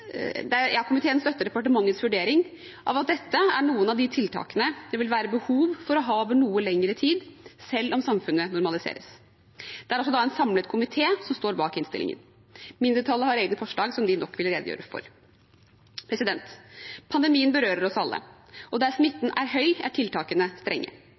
Komiteen støtter departementets vurdering av at dette er noen av de tiltakene det vil være behov for å ha over noe lengre tid, selv om samfunnet normaliseres. Det er også en samlet komité som står bak innstillingen. Mindretallet har egne forslag som de vil redegjøre for. Pandemien berører oss alle, og der smitten er høy, er tiltakene strenge.